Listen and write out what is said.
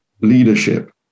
Leadership